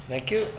thank you.